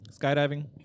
Skydiving